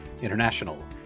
International